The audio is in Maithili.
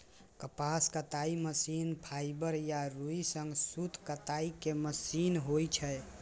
कपास कताइ मशीन फाइबर या रुइ सं सूत कताइ के मशीन होइ छै